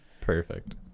Perfect